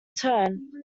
turn